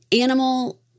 animal